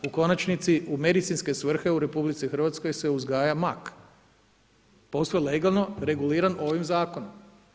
U konačnici, u medicinske svrhe u RH se uzgaja mak, posve legalno, reguliran ovim Zakonom.